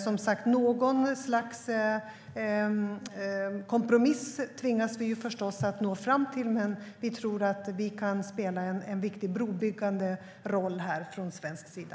Som sagt: Något slags kompromiss tvingas vi förstås att nå fram till, men vi tror att vi kan spela en viktig brobyggande roll här från svensk sida.